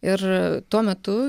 ir tuo metu